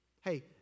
Hey